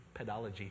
Pedology